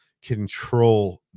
control